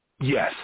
Yes